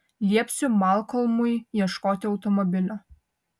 liepsiu malkolmui ieškoti automobilio